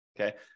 Okay